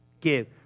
give